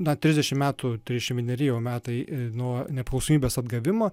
na trisdešimt metų trisdešimt vieneri jau metai nuo nepriklausomybės atgavimo